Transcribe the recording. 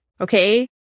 Okay